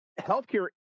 healthcare